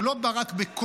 זה לא בא רק בכוח,